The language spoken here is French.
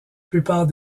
plupart